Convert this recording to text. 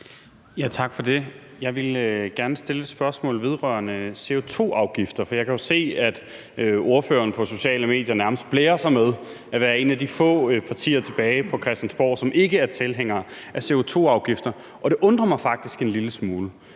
Tak for det. Jeg vil gerne stille et spørgsmål vedrørende CO2-afgifter, for jeg kan jo se, at ordføreren på sociale medier nærmest blærer sig med, at hendes parti er et af de få tilbage på Christiansborg, som ikke er tilhænger af CO2-afgifter, og det undrer mig faktisk en lille smule,